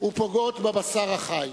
ופוגעות בבשר החי.